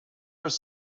was